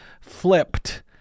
Flipped